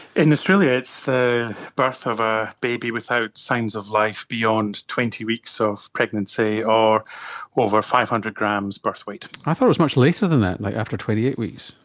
in australia it's the birth of a baby without signs of life beyond twenty weeks of pregnancy or over five hundred grams birth weight. i thought it was much later than that, like after twenty eight weeks.